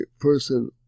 person